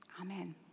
Amen